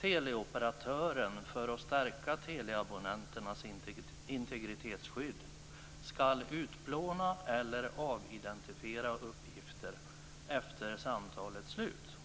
teleoperatören, för att stärka teleabonnenternas integritetsskydd, skall utplåna eller avidentifiera uppgifter efter samtalets slut.